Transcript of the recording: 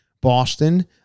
Boston